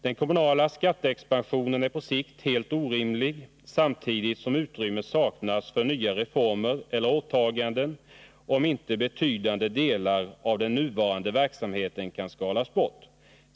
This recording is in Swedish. Den kommunala skattexpansionen är på sikt helt orimlig samtidigt som utrymme saknats för nya reformer eller åtaganden, om inte betydande delar av den nuvarande verksamheten kan skalas bort.